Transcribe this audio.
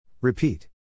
Repeat